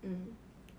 mm